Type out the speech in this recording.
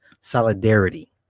solidarity